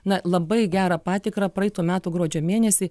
na labai gerą patikrą praeitų metų gruodžio mėnesį